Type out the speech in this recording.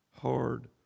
hard